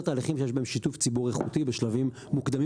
תהליכים שיש בהם שיתוף ציבור איכותי בשלבים מוקדמים